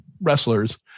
wrestlers